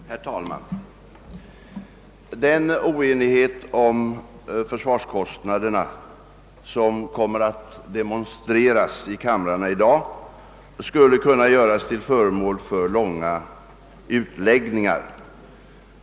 Herr talman! Den oenighet om försvarskostnaderna som kommer att demonstreras i kamrarna i dag skulle kunna göras till föremål för långa utläggningar.